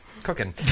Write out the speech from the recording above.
cooking